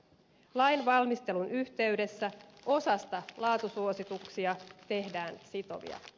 lain valmistelun yhteydessä osasta laatusuosituksia tehdään sitovia